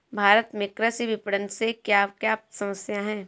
भारत में कृषि विपणन से क्या क्या समस्या हैं?